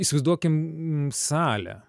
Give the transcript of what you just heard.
įsivaizduokim salę